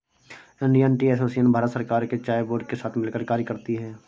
Indian tea association Bharat सरकार के चाय बोर्ड के साथ मिलकर कार्य करती है